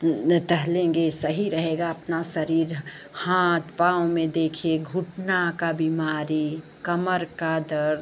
न टहलेंगे न सही रहेगा अपना शरीर हाथ पाँव में देखिए घुटने की भी बीमारी एक कमर का दर्द